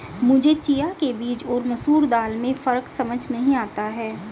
मुझे चिया के बीज और मसूर दाल में फ़र्क समझ नही आता है